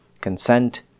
consent